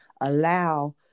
allow